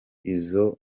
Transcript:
izo